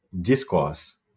discourse